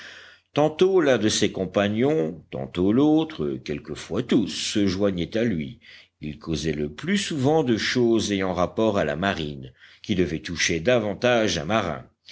tantôt l'un de ses compagnons tantôt l'autre quelquefois tous se joignaient à lui ils causaient le plus souvent de choses ayant rapport à la marine qui devaient toucher davantage un marin